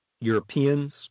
Europeans